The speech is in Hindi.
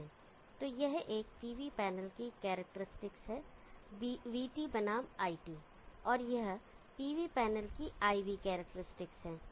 तो यह एक pv पैनल की करैक्टेरिस्टिक्स हैं vT बनाम iT और यह pv पैनल की IV करैक्टेरिस्टिक्स हैं